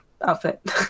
outfit